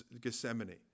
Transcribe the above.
Gethsemane